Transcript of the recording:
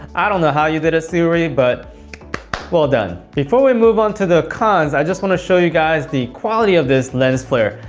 i don't know how you did it sirui but well done before we move onto the cons, i just want to show you guys the quality of this lens flare.